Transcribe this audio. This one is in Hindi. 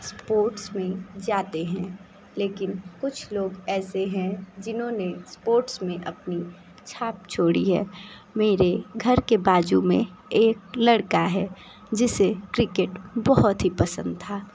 स्पोर्ट्स में जाते हैं लेकिन कुछ लोग ऐसे हैं जिन्होंने स्पोर्ट्स में अपनी छाप छोड़ी है मेरे घर के बाजू में एक लड़का है जिसे क्रिकेट बहुत ही पसंद था